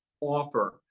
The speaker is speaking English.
offer